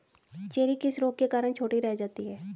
Cherry किस रोग के कारण छोटी रह जाती है?